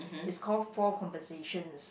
is called four conversations